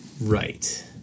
right